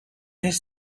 his